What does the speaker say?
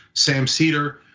sam cedar,